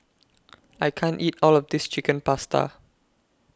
I can't eat All of This Chicken Pasta